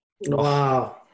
Wow